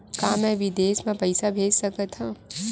का मैं विदेश म पईसा भेज सकत हव?